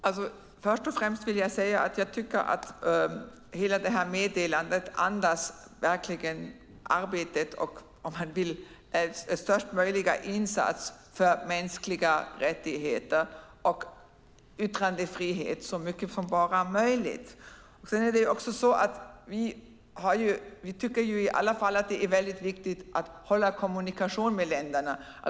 Fru talman! Först och främst vill jag säga att jag tycker att det här meddelandet andas att man vill arbeta och göra största möjliga insats för mänskliga rättigheter och yttrandefrihet. Vi tycker att det är mycket viktigt att ha en kommunikation med länderna.